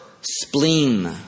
spleen